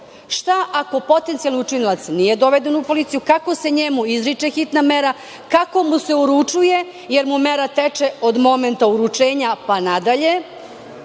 Šta ako potencijalni učinilac nije doveden u policiju? Kako se njemu izriče hitna mera? Kako mu se uručuje jer mu mera teče od momenta uručenja pa nadalje?